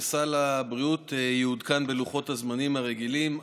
וסל הבריאות יעודכן בלוחות הזמנים הרגילים.